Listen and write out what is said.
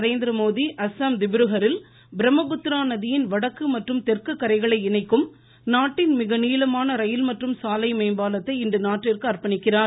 நரேந்திரமோடி அஸ்ஸாம் திப்ருஹட்டில் பிரம்மபுத்திரா நதியின் வடக்கு மற்றும் தெற்கு கரைகளை இணைக்கும் நாட்டின் மிக நீளமான ரயில் மற்றும் சாலை மேம்பாலத்தை இன்று நாட்டிற்கு அர்ப்பணிக்கிறார்